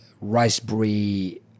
raspberry